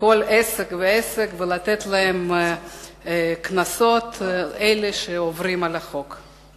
בכל עסק ולתת קנסות לאלה שעוברים על החוק.